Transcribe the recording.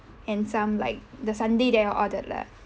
and some like the sundae that I ordered lah